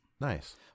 Nice